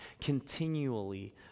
continually